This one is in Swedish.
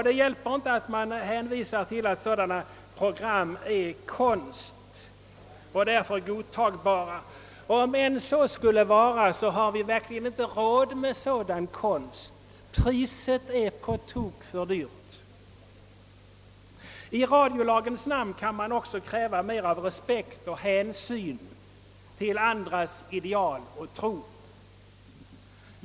Det hjälper inte att man hänvisar till att sådana program är konst och därför godtagbara. Om än så skulle vara fallet har vi verkligen inte råd med sådan konst — Priset är på tok för högt. I radiolagens namn kan man också kräva mera respekt och hänsyn till andras ideal och tro.